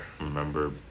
remember